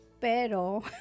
pero